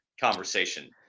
conversation